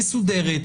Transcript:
מסודרת,